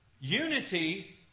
Unity